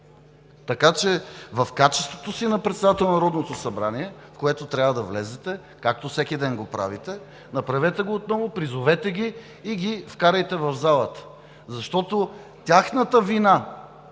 В качеството си на председател на Народното събрание, в което трябва да влезете, както всеки ден го правите, направете го отново и ги призовете, и ги вкарайте в залата. Тяхната вина